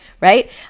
right